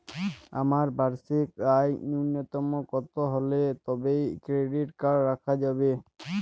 আমার বার্ষিক আয় ন্যুনতম কত হলে তবেই ক্রেডিট কার্ড রাখা যাবে?